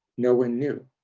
no one knew.